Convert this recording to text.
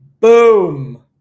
Boom